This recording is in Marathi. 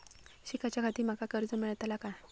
शिकाच्याखाती माका कर्ज मेलतळा काय?